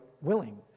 willing